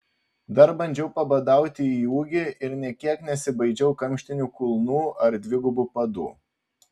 dar bandžiau pabadauti į ūgį ir nė kiek nesibaidžiau kamštinių kulnų ar dvigubų padų